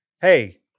hey